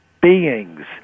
beings